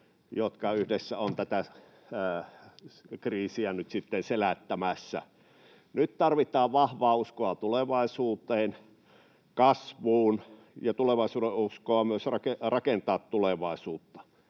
jotka yhdessä ovat tätä kriisiä nyt selättämässä. Nyt tarvitaan vahvaa uskoa tulevaisuuteen ja kasvuun ja tulevaisuudenuskoa myös rakentaa tulevaisuutta.